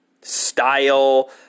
style